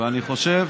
ואני חושב